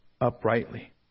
uprightly